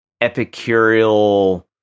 epicureal